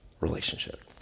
relationship